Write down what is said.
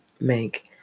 make